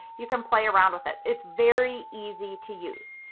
you can play around with it. it's very easy to use.